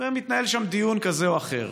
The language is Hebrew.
ומתנהל שם דיון כזה או אחר,